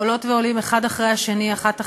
עולות ועולים אחד אחרי השני,